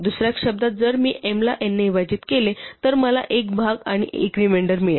दुसऱ्या शब्दांत जर मी m ला n ने विभाजित केले तर मला एक भाग आणि रिमेंडर मिळेल